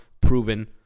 proven